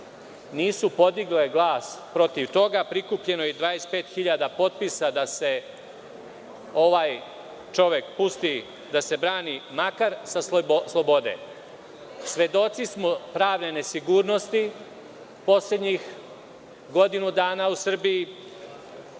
nisu podigli glas protiv toga. Prikupljeno je 25.000 potpisa da se ovaj čovek pusti i da se brani makar sa slobode. Svedoci smo pravne nesigurnosti u poslednjih godinu dana u Srbiji.